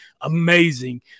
amazing